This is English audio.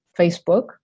Facebook